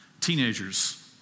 Teenagers